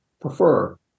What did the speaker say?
prefer